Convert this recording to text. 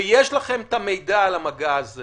ויש לכם את המידע על המגע הזה